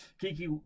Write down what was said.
Kiki